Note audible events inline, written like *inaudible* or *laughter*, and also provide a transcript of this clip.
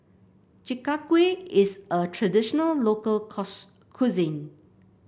Chi Kak Kuih is a traditional local *unintelligible* cuisine